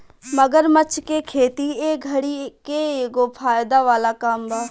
मगरमच्छ के खेती ए घड़ी के एगो फायदा वाला काम बा